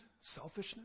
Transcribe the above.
selfishness